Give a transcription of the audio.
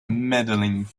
medaling